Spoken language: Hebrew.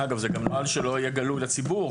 אגב, זה גם נוהל שלא יהיה גלוי לציבור.